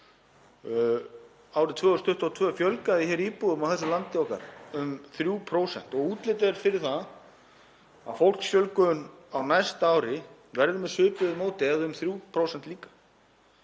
Árið 2022 fjölgaði íbúum á þessu landi okkar um 3% og útlit er fyrir að fólksfjölgun á næsta ári verði með svipuðu móti, eða um 3%.